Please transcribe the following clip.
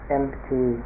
empty